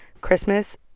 Christmas